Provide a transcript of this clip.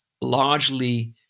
largely